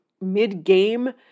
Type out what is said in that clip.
mid-game